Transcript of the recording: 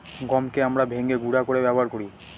গমকে আমরা ভেঙে গুঁড়া করে ব্যবহার করি